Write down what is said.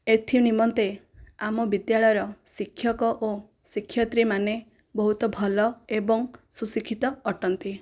ଏଥିନିମନ୍ତେ ଆମ ବିଦ୍ୟାଳୟର ଶିକ୍ଷକ ଓ ଶିକ୍ଷୟତ୍ରୀମାନେ ବହୁତ ଭଲ ଏବଂ ସୁଶିକ୍ଷିତ ଅଟନ୍ତି